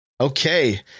Okay